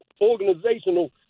organizational